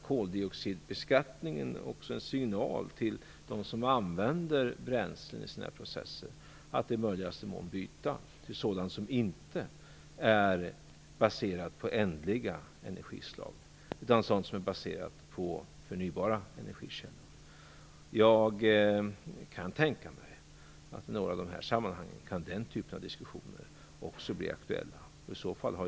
Koldioxidbeskattningen är naturligtvis en signal till dem som använder bränslen i sina processer att i möjligaste mån byta till sådant som inte är baserat på ändliga energislag utan på förnybara energikällor. Jag kan tänka mig att den typen av diskussioner också kan bli aktuella i några av dessa sammanhang.